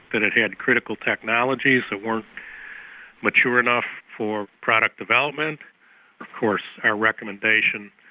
that it had critical technologies that weren't mature enough for product development. of course our recommendation